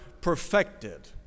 perfected